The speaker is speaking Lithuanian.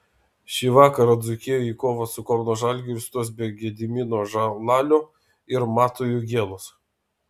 šį vakarą dzūkija į kovą su kauno žalgiriu stos be gedimino žalalio ir mato jogėlos